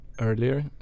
earlier